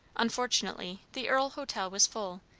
unfortunately, the earle hotel was full,